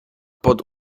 pod